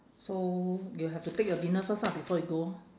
so you have to take your dinner first ah before you go